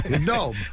No